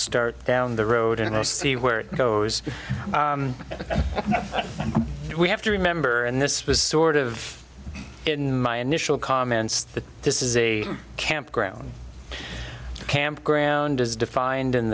start down the road and see where it goes and we have to remember and this is sort of in my initial comments that this is a campground campground is defined